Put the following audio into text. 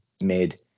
made